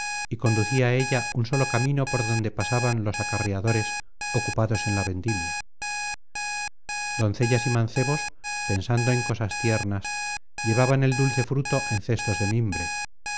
y conducía á ella un solo camino por donde pasaban los acarreadores ocupados en la vendimia doncellas y mancebos pensando en cosas tiernas llevaban el dulce fruto en cestos de mimbre